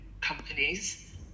companies